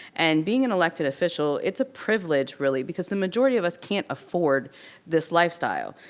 and being an elected official, it's a privilege, really. because the majority of us can't afford this lifestyle.